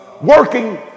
working